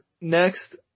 Next